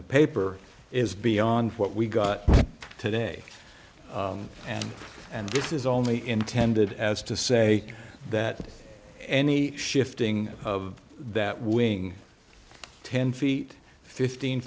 the paper is beyond what we got today and this is only intended as to say that any shifting of that wing ten feet fifteen